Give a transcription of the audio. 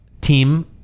team